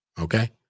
okay